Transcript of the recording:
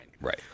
Right